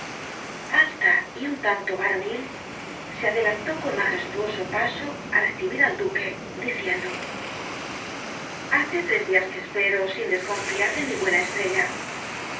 alta y un tanto varonil se adelantó con majestuoso paso á recibir al duque diciendo hace tres días que espero sin desconfiar de mi buena estrella